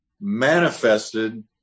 manifested